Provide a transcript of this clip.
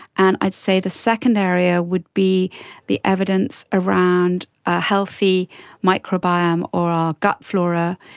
and i'd say the second area would be the evidence around a healthy microbiome or our gut flora,